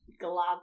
glad